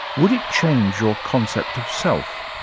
would it change your concept of self?